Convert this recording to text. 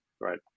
right